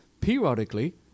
periodically